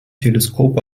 teleskop